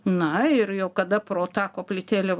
na ir jau kada pro tą koplytėlę